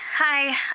Hi